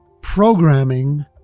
programming